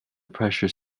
pressure